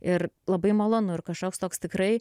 ir labai malonu ir kažkoks toks tikrai